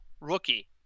rookie